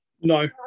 No